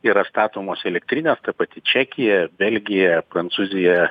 yra statomos elektrinės ta pati čekija belgija prancūzija